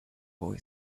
boy